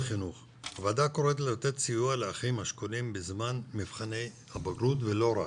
הוועדה קוראת לתת סיוע לאחים השכולים בזמן מבחני הבגרות ולא רק.